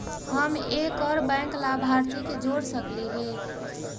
हम एक और बैंक लाभार्थी के जोड़ सकली हे?